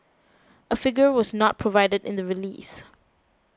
a figure was not provided in the release